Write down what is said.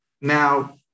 Now